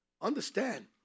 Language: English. Understand